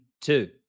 two